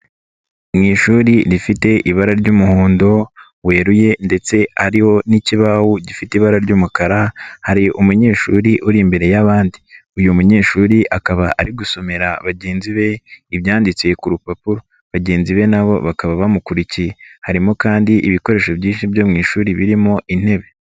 Mu ishuri rifite ibara ry'umuhondo weruye ndetse hariho n'ikibaho gifite ibara ry'umukara, hari umunyeshuri uri imbere y'abandi. Uyu munyeshuri akaba ari gusomera bagenzi be ibyanditse ku rupapuro. Bagenzi be na bo bakaba bamukurikiye. Harimo kandi ibikoresho byinshi byo mu ishuri birimo intebe.